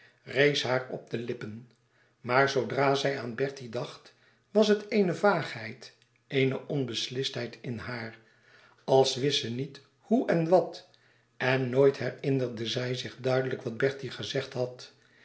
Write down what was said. rees haar op de lippen maar zoodra zij aan bertie dacht was het eene vaagheid eene onbeslistheid in haar als wist ze niet hoe en wat en nooit herinnerde zij zich duidelijk wat bertie gezegd had